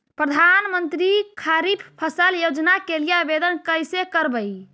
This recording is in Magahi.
प्रधानमंत्री खारिफ फ़सल योजना के लिए आवेदन कैसे करबइ?